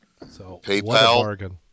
PayPal